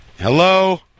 Hello